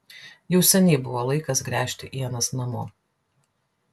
jau seniai buvo laikas gręžti ienas namo